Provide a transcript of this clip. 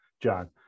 John